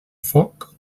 foc